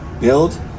build